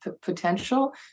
potential